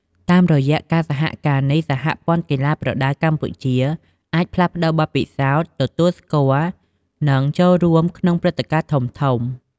តាមរយៈការសហការនេះ សហព័ន្ធកីឡាប្រដាល់កម្ពុជាអាច ផ្លាស់ប្ដូរបទពិសោធន៍ ទទួលស្គាល់ និងចូលរួមក្នុងព្រឹត្តិការណ៍ធំៗ។